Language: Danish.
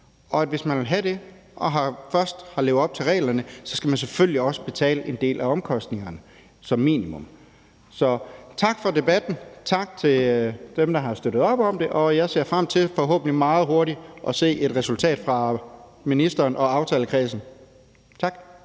Og hvis man vil have det og først har levet op til reglerne, så skal man selvfølgelig også betale en del af omkostningerne, som minimum. Så tak for debatten, og tak til dem, der har støttet op om det. Og jeg ser frem til forhåbentlig meget hurtigt at se et resultat fra ministeren og aftalekredsen. Tak.